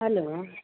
hello